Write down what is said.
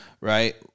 right